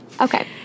Okay